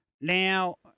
Now